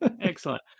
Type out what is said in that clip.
Excellent